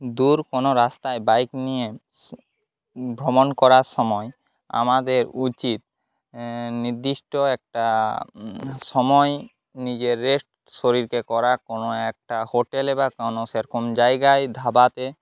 দূর কোনো রাস্তায় বাইক নিয়ে ভ্রমণ করার সময়ে আমাদের উচিত নির্দিষ্ট একটা সময়ে নিজের রেস্ট শরীরকে করা কোনো একটা হোটেলে বা কোনো সেরকম জায়গায় ধাবাতে